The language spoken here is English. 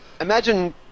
Imagine